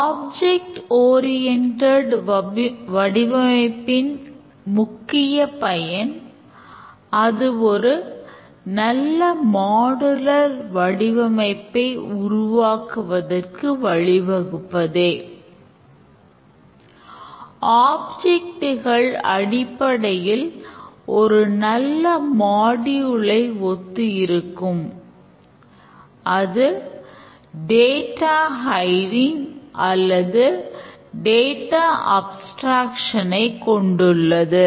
object oriented ஐ கொண்டுள்ளது